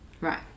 Right